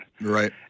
right